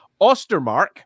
Ostermark